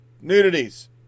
nudities